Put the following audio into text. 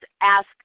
ask